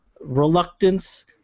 reluctance